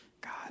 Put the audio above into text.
God